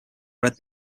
read